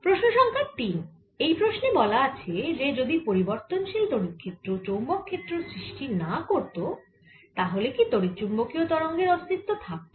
প্রশ্ন সংখ্যা 3 এই প্রশ্নে বলা আছে যে যদি পরিবর্তনশীল তড়িৎ ক্ষেত্র চৌম্বক ক্ষেত্র সৃষ্টি না করত তাহলে কি তড়িৎচুম্বকীয় তরঙ্গের অস্তিত্ব থাকত